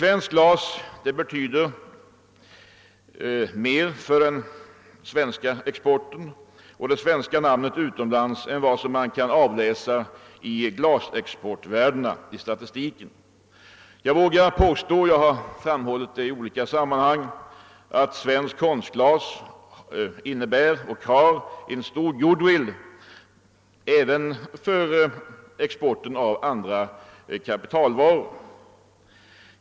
Svenskt glas betyder mer för den svenska exporten och det svenska namnet utomlands än vad man kan avläsa i glasexportvärdena i statistiken. Jag vågar påstå — jag har framhållit det i olika sammanhang — att svenskt konstglas har en mycket stor goodwill-skapande betydelse även för exporten av andra svenka kapitalvaror.